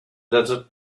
desert